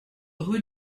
rue